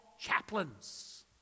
chaplains